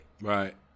right